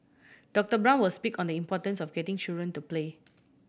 Doctor Brown will speak on the importance of getting children to play